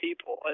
people